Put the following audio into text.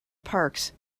parks